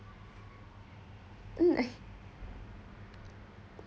mm eh